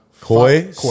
Koi